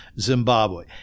zimbabwe